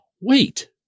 wait